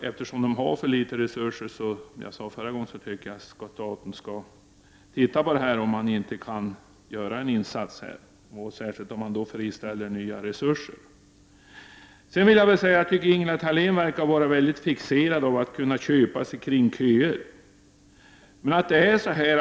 Eftersom de har för litet resurser tycker jag att man skall se över om man inte kan göra en insats här, särskilt om man friställer nya resurser. Jag tycker att Ingela Thalén verkar vara fixerad vid detta att kunna köpa sig förbi köer.